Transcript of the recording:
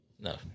No